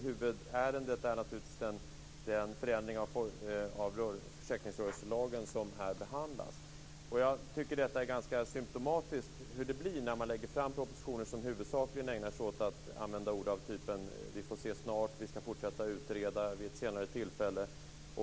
Huvudärendet är naturligtvis den förändring av försäkringsrörelselagen som här behandlas. Jag tycker att detta är ganska symtomatiskt för hur det blir när man lägger fram propositioner som huvudsakligen ägnar sig åt att använda ord av typen: vi får se snart, vi skall fortsätta utreda och vid ett senare tillfälle.